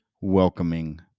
welcoming